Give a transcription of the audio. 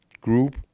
group